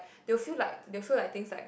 they'll feel like they'll feel like things like